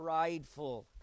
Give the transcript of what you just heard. prideful